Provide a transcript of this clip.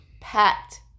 Packed